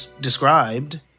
described